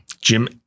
Jim